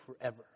forever